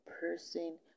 person